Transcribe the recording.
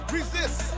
Resist